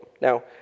Now